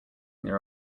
near